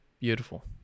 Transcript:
Beautiful